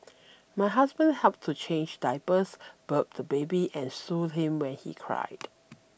my husband helped to change diapers burp the baby and soothe him when he cried